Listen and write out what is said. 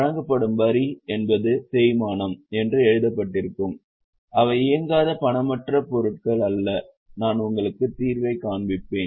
வழங்கப்படும் வரி என்பது தேய்மானம் என்று எழுதப்பட்டிருக்கும் அவை இயங்காத பணமற்ற பொருட்கள் அல்ல நான் உங்களுக்கு தீர்வைக் காண்பிப்பேன்